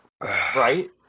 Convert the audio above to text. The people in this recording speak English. Right